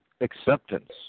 acceptance